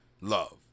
love